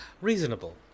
reasonable